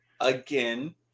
again